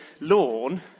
lawn